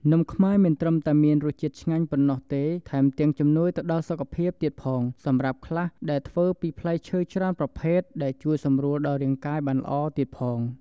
នំខ្មែរមិនត្រឹមតែមានរសជាតិឆ្ងាញ់ប៉ុណ្ណោះទេថែមទាំងជំនួយទៅដល់សុខភាពទៀតផងសម្រាប់ខ្លះដែលធ្វើពីផ្លែឈើច្រើនប្រភេទដែលជួយសម្រួលដល់រាងកាយបានល្អទៀតផង។